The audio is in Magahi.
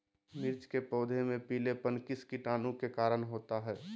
मिर्च के पौधे में पिलेपन किस कीटाणु के कारण होता है?